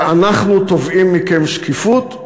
אנחנו תובעים מכם שקיפות.